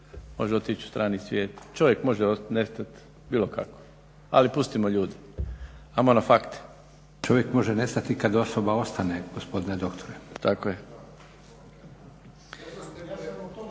može otići u strani svijet, čovjek može nestati bilo kako. Ali pustimo ljude ajmo na fakte. **Leko, Josip (SDP)** Čovjek može nestati kada osoba ostane gospodine doktore. **Mrsić,